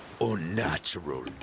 Unnatural